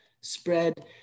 spread